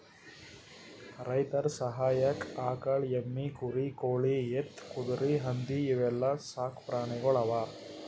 ರೈತರ್ ಸಹಾಯಕ್ಕ್ ಆಕಳ್, ಎಮ್ಮಿ, ಕುರಿ, ಕೋಳಿ, ಎತ್ತ್, ಕುದರಿ, ಹಂದಿ ಇವೆಲ್ಲಾ ಸಾಕ್ ಪ್ರಾಣಿಗೊಳ್ ಅವಾ